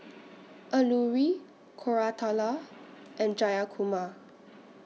Alluri Koratala and Jayakumar